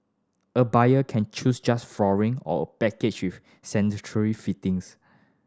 a buyer can choose just flooring or a package with sanitary fittings